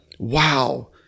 Wow